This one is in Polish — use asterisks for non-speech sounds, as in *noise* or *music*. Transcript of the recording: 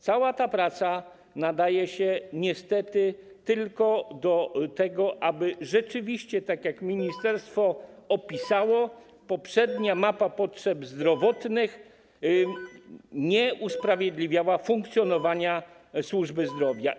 Cała ta praca nadaje się niestety tylko do tego, aby rzeczywiście pokazać, tak jak ministerstwo opisało, *noise* że poprzednia mapa potrzeb zdrowotnych nie usprawiedliwiała funkcjonowania służby zdrowia.